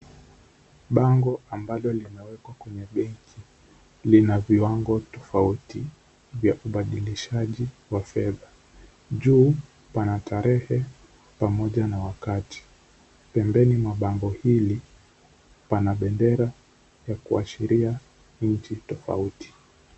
Bango ambalo limewekwa kwenye benki, lina viwango tofauti vya ubadilishaji wa fedha, juu pana tarehe pamoja na wakati, pembeni mwa bango hili pana bendera ya kuashiria nchi tofauti.